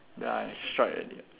ya I strike already